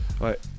Ouais